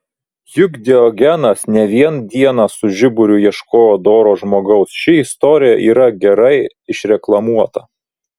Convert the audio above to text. juk diogenas ne vien dieną su žiburiu ieškojo doro žmogaus ši istorija yra gerai išreklamuota